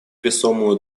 весомую